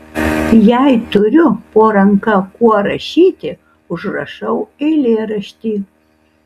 jei turiu po ranka kuo rašyti užrašau eilėraštį